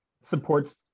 supports